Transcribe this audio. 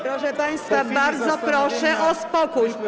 Proszę państwa, bardzo proszę o spokój.